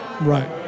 right